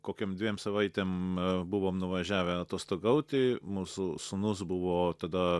kokiom dviem savaitėm buvom nuvažiavę atostogauti mūsų sūnus buvo tada